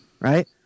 right